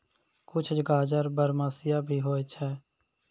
कुछ गाजर बरमसिया भी होय छै